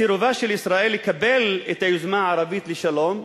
סירובה של ישראל לקבל את היוזמה הערבית לשלום,